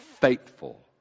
faithful